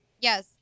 Yes